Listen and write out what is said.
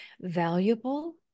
valuable